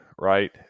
right